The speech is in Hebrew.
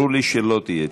למה לא תהיה תשובה?